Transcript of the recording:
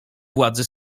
władzy